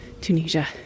Tunisia